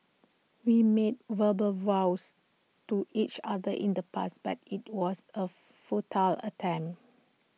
we made verbal vows to each other in the past but IT was A futile attempt